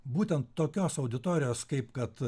būtent tokios auditorijos kaip kad